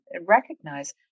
recognize